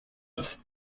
earth